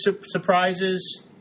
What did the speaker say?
surprises